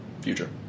Future